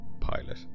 pilot